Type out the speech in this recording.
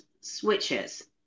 switches